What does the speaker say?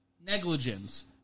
Negligence